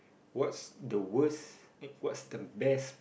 what's the worst what's the best